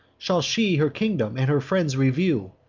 shall she her kingdom and her friends review,